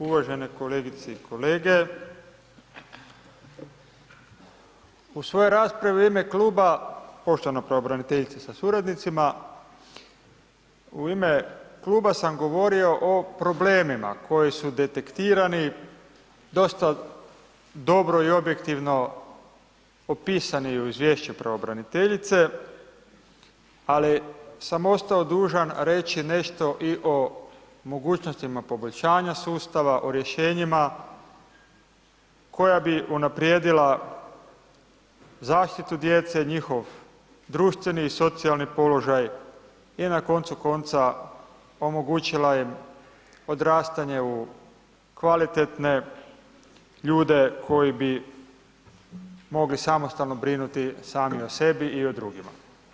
Uvažene kolegice i kolege, u svojoj raspravi u ime kluba, poštovanoj pravobraniteljici sa suradnicima, u ime kluba sam govorio o problemima koji su detektirani dosta dobro i objektivno opisani u izvješću pravobraniteljice, ali samo ostao dužan reći nešto i o mogućnostima poboljšanja sustava, o rješenjima koja bi unaprijedila zaštitu djece, njihov društveni i socijalni položaj i na koncu konca omogućila im odrastanje u kvalitetne ljude koji bi mogli samostalno brinuti sami o sebi i o drugima.